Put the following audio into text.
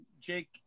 Jake